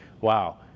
wow